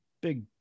big